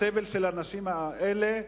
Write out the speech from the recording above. הסבל של האנשים האלה,